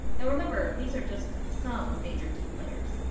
and remember, these are just some major key players.